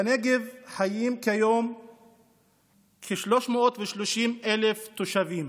בנגב חיים כיום כ-330,000 תושבים.